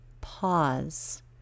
pause